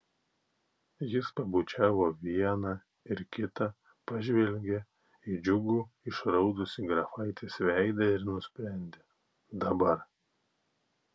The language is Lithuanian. jis pabučiavo vieną ir kitą pažvelgė į džiugų išraudusį grafaitės veidą ir nusprendė dabar